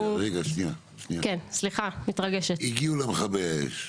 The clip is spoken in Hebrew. סליחה, הגיעו למכבי האש.